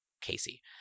Casey